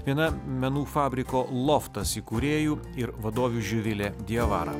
viena menų fabriko loftas įkūrėjų ir vadovių živilė diavara